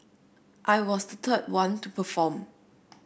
I was the third one to perform